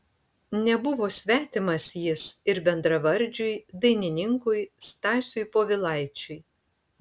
nebuvo svetimas jis ir bendravardžiui dainininkui stasiui povilaičiui